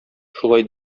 шулай